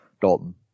Dalton